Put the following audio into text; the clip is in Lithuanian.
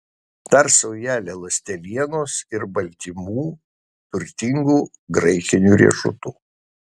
dar saujelę ląstelienos ir baltymų turtingų graikinių riešutų